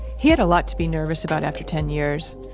he had a lot to be nervous about after ten years.